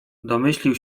domyślił